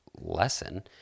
lesson